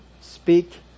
Speak